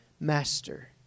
Master